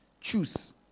choose